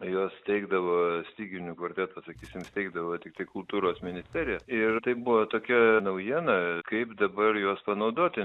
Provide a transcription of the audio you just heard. juos steigdavo styginių kvarteto sakysim steigdavo tiktai kultūros ministerija ir tai buvo tokia naujiena kaip dabar juos panaudoti